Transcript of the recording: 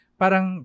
parang